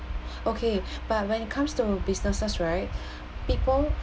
okay but when it comes to businesses right people